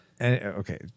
okay